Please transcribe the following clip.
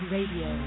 Radio